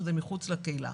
שזה מחוץ לקהילה,